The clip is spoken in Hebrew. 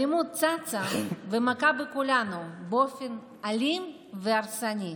האלימות צצה ומכה בכולנו באופן אלים והרסני,